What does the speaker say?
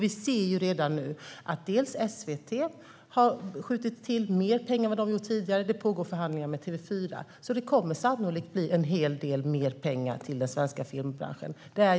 Vi ser redan nu att SVT har skjutit till mer pengar än vad det gjort tidigare, och det pågår förhandlingar med TV4. Det kommer sannolikt att bli en hel del mer pengar till den svenska filmbranschen.